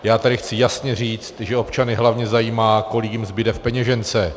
Já tady chci jasně říct, že občany hlavně zajímá, kolik jim zbude v peněžence.